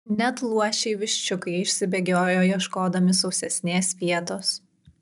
net luošiai viščiukai išsibėgiojo ieškodami sausesnės vietos